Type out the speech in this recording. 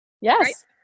yes